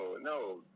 no